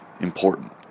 important